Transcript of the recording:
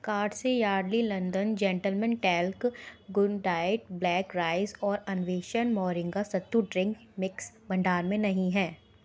cart से Yardley London gentleman talc good diet black rice और अन्वेषण मोरिंगा सत्तू ड्रिंक मिक्स भंडार में नहीं हैं